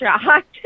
shocked